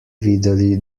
videli